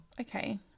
Okay